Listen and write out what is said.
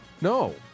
No